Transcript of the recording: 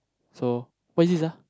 so what is this ah